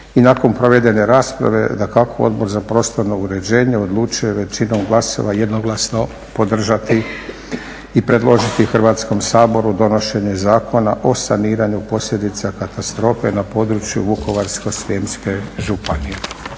I nakon provedene rasprave dakako Odbor za prostorno uređenje odlučio je većinom glasova, jednoglasno podržati i predložiti Hrvatskom saboru donošenje Zakona o saniranju posljedica katastrofe na području Vukovarsko-srijemske županije.